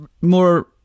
more